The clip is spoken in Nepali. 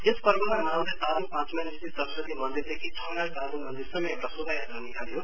यस पर्वलाई मनाउँदै तादोङ पाँच माइलस्थित सरस्वती मन्दिरदेखि छ माइल दुर्गा मन्दिरसम्म एउटा शोभा यात्रा निकालियो